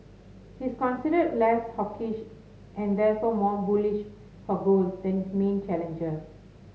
he is considered less hawkish and therefore more bullish for gold than his main challenger